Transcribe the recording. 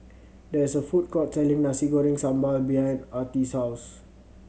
there is a food court selling Nasi Goreng Sambal behind Artie's house